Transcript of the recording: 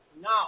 No